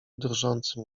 drżącym